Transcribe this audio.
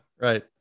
Right